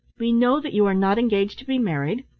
we know that you are not engaged to be married,